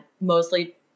mostly